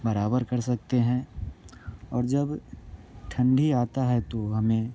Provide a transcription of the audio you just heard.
बराबर कर सकते हैं और जब ठंडी आता है तो हमें